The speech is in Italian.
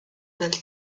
del